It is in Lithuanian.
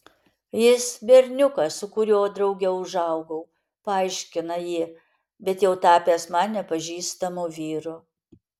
jis berniukas su kuriuo drauge užaugau paaiškina ji bet jau tapęs man nepažįstamu vyru